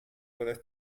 whether